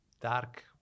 dark